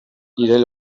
irail